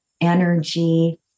energy